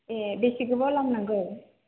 ए बेसे गोबाव लामनांगौ